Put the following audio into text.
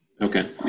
Okay